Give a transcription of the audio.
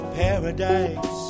paradise